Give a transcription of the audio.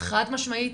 חד משמעית,